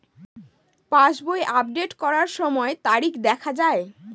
পাসবই update করার সময়ে তারিখ দেখা য়ায়?